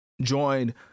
joined